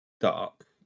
dark